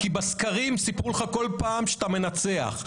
כי בסקרים סיפרו לך כל פעם שאתה מנצח,